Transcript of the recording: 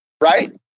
right